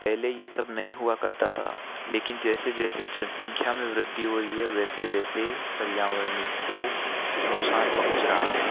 पहले ये सब नहीं हुआ करता था लेकिन जैसे जैसे जनसंख्या में वृद्धि हो रही है वैसे वैसे पर्यावरणी को नुक़सान पहुँच रहा है